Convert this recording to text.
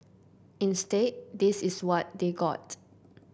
instead this is what they got